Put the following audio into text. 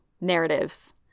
narratives